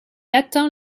atteint